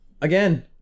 again